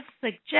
suggest